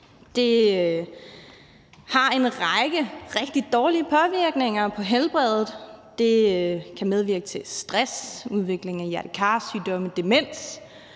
Det har en række rigtig skadelige påvirkninger af helbredet. Det kan medvirke til stress, udvikling af hjerte-kar-sygdomme, demens